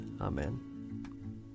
Amen